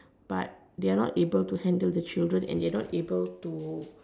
but they're not able to handle the children and they're not able to